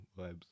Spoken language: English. vibes